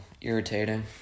Irritating